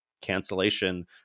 cancellation